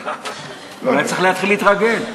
אולי צריך להתחיל להתרגל.